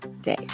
day